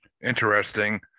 Interesting